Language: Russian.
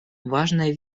важной